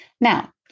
Now